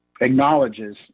acknowledges